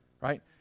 right